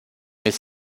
mais